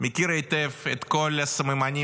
מכיר היטב את כל הסממנים,